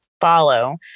follow